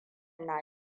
na